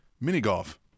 mini-golf